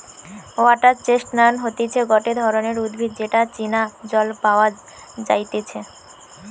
water chestnut হতিছে গটে ধরণের উদ্ভিদ যেটা চীনা জল পাওয়া যাইতেছে